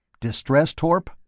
Distress-torp